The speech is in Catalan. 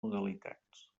modalitats